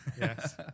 Yes